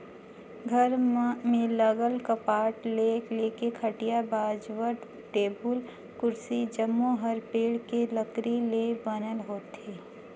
घर में लगल कपाट ले लेके खटिया, बाजवट, टेबुल, कुरसी जम्मो हर पेड़ के लकरी ले बनल होथे